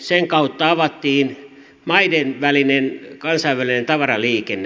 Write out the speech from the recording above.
sen kautta avattiin maiden välinen kansainvälinen tavaraliikenne